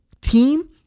team